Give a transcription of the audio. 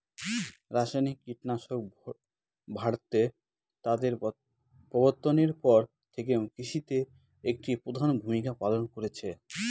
রাসায়নিক কীটনাশক ভারতে তাদের প্রবর্তনের পর থেকে কৃষিতে একটি প্রধান ভূমিকা পালন করেছে